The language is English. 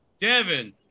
Devin